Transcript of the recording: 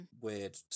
weird